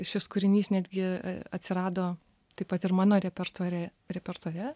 šis kūrinys netgi atsirado taip pat ir mano repertuare repertuare